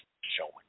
showing